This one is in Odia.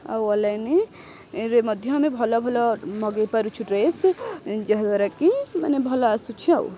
ଆଉ ଅନଲାଇନ୍ରେ ମଧ୍ୟ ଆମେ ଭଲ ଭଲ ମଗେଇ ପାରୁଛୁ ଡ୍ରେସ୍ ଯାହାଦ୍ୱାରାକି ମାନେ ଭଲ ଆସୁଛି ଆଉ